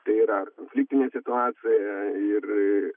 tai yra kritinė situacija ir